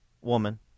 Woman